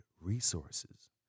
resources